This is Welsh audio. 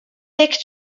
dic